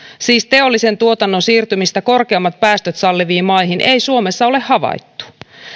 siis teollisen tuotannon siirtymistä korkeammat päästöt salliviin maihin ei suomessa ole havaittu